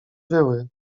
wyły